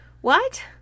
What